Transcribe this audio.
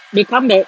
they come back